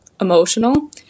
emotional